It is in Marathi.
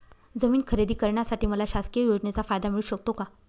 जमीन खरेदी करण्यासाठी मला शासकीय योजनेचा फायदा मिळू शकतो का?